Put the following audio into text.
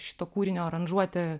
šito kūrinio aranžuotė